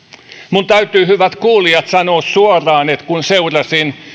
minun täytyy hyvät kuulijat sanoa suoraan että kun seurasin